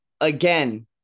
again